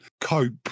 cope